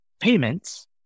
payments